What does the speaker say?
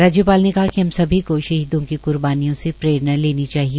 राज्यपाल परे कहा कि हम सभी को शहीदों की क्र्बानियों से प्ररेणा लेनी चाहिए